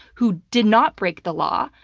who did not break the law,